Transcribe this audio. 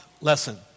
lesson